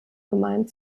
gemeint